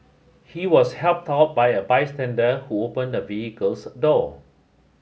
he was helped out by a bystander who opened the vehicle's door